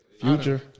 Future